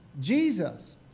Jesus